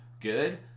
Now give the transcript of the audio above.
good